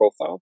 profile